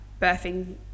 birthing